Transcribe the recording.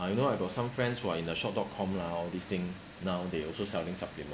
I know I got some friends who are in the shop dot com lah all this thing now they also selling supplement